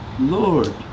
Lord